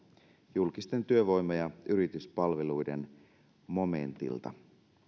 julkisten työvoima ja yrityspalveluiden momentilta